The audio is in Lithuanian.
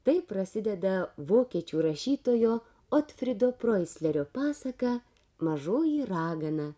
taip prasideda vokiečių rašytojo otfrydo proislerio pasaka mažoji ragana